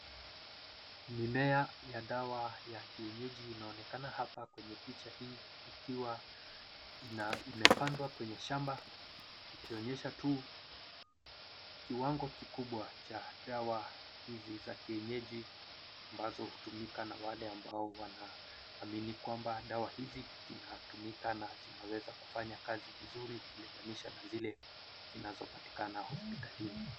Mimea ya dawa ya kienyeji inaonekana hapa kwenye picha hii ikiwa imepandwa kwenye shamba ikionyesha tu kiwango kikubwa cha dawa hizi za kienyeji ambazo hutumika na wale ambao wanaamini kwamba dawa hizi zinatumika na zinaweza kufanya kazi vizuri ukilinganisha na zile zinazopatikana hospitalini.